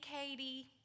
Katie